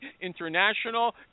international